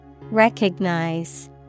Recognize